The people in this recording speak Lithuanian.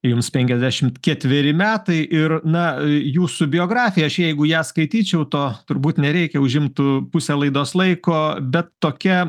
jums penkiasdešim ketveri metai ir na jūsų biografija aš jeigu ją skaityčiau to turbūt nereikia užimtų pusę laidos laiko bet tokia